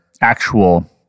actual